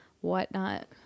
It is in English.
whatnot